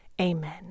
amen